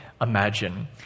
imagine